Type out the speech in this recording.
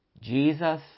Jesus